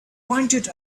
pointed